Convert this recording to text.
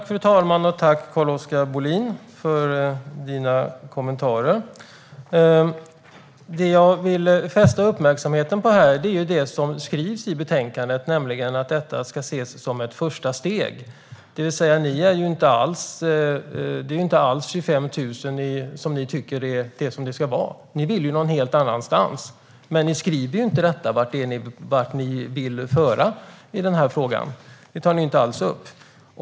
Fru talman! Tack, Carl-Oskar Bohlin, för dina kommentarer! Det jag ville fästa uppmärksamheten på är vad som skrivs i betänkandet, nämligen att detta ska ses som ett första steg. Det är inte alls 25 000 kronor som är det som ni tycker att det ska vara. Ni vill någon helt annanstans. Men ni skriver inte vart ni vill i den här frågan. Det tar ni inte alls upp.